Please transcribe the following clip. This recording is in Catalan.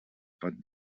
pot